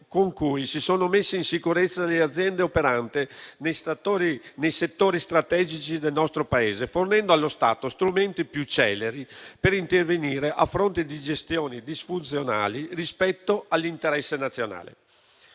con cui si sono messe in sicurezza aziende operanti nei settori strategici del nostro Paese, fornendo allo Stato strumenti più celeri per intervenire a fronte di gestioni disfunzionali rispetto all'interesse nazionale.